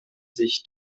sich